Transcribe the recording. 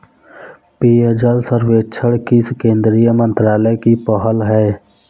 पेयजल सर्वेक्षण किस केंद्रीय मंत्रालय की पहल है?